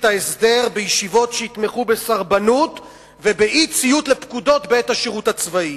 ההסדר בישיבות שיתמכו בסרבנות ובאי-ציות לפקודות בעת השירות הצבאי.